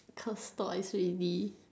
curse twice already